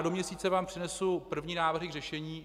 Do měsíce vám přinesu první návrhy k řešení.